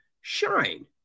shine